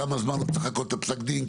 כמה זמן הוא צריך לחכות לפסק דין,